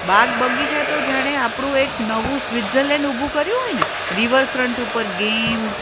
બાગ બગીચા તો જાણે આપણું એક નવું સ્વીઝર્લેન્ડ ઊભું કર્યું હોય ને રિવરફ્રન્ટ ઉપર ગેમ્સ